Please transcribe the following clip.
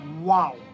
Wow